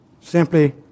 simply